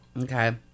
Okay